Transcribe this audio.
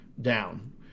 down